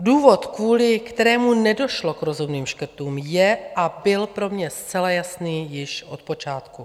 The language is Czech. Důvod, kvůli kterému nedošlo k rozhodným škrtům, je a byl pro mě zcela jasný již od počátku.